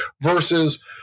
Versus